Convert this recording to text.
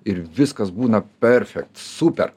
ir viskas būna perfekt super